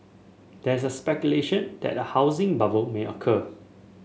there is the speculation that a housing bubble may occur